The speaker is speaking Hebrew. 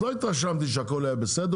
אז לא התרשמי שהכל היה בסדר.